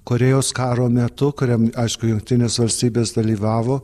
korėjos karo metu kuriam aišku jungtinės valstybės dalyvavo